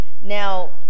now